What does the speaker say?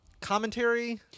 commentary